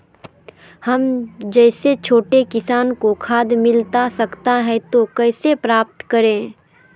हम जैसे छोटे किसान को खाद मिलता सकता है तो कैसे प्राप्त करें?